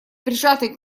прижатой